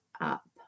up